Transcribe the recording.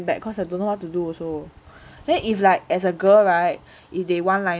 back cause I don't know what to do also then is like as a girl [right] if they want lah